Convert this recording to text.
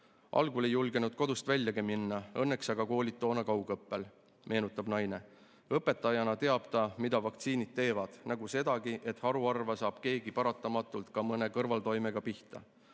"Algul ei julgenud kodust väljagi minna, õnneks olid koolid toona kaugõppel," meenutab naine. Õpetajana teab ta, mida vaktsiinid teevad, nagu sedagi, et haruharva saab keegi paratamatult ka mõne kõrvaltoimega pihta. Poole